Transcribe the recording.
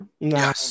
No